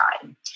time